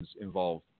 involve